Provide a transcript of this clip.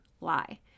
lie